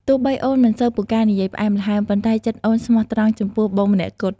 ទោះបីអូនមិនសូវពូកែនិយាយផ្អែមល្ហែម ប៉ុន្តែចិត្តអូនស្មោះត្រង់ចំពោះបងម្នាក់គត់។